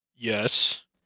Yes